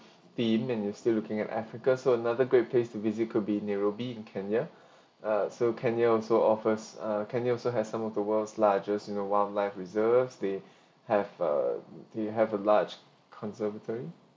the mean you still looking at africa so another great place to visit could be nairobi in kenya uh so kenya also offers uh kenya also has some of the world's largest you know wildlife reserves they have a they have a large conservatory